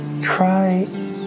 Try